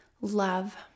love